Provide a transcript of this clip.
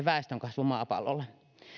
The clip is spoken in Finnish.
väestönkasvua maapallolla